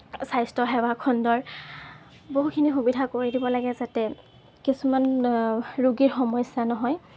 স্বাস্থ্য সেৱা খণ্ডৰ বহুখিনি সুবিধা কৰি দিব লাগে যাতে কিছুমান ৰোগীৰ সমস্যা নহয়